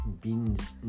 Beans